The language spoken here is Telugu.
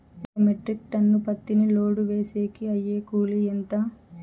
ఒక మెట్రిక్ టన్ను పత్తిని లోడు వేసేకి అయ్యే కూలి ఎంత?